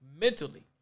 mentally